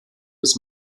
des